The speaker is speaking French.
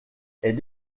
est